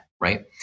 right